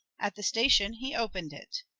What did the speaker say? at the station he opened it.